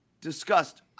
discussed –